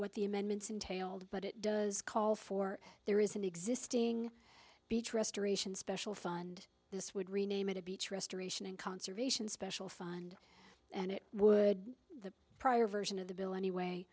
what the amendments entailed but it does call for there is an existing beach restoration special fund this would rename it a beach restoration and conservation special fund and it would the prior version of the bill anyway